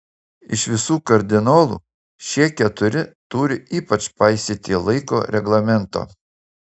iš visų kardinolų šie keturi turi ypač paisyti laiko reglamento